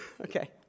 Okay